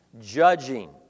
judging